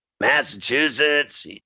Massachusetts